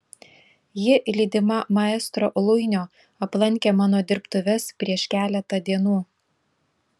ji lydima maestro luinio aplankė mano dirbtuves prieš keletą dienų